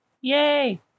Yay